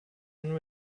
been